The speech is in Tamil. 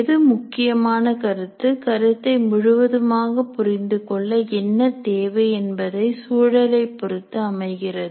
எது முக்கியமான கருத்து கருத்தை முழுவதுமாக புரிந்து கொள்ள என்ன தேவை என்பதை சூழலைப் பொருத்து அமைகிறது